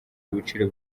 ibiciro